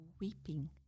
weeping